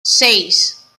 seis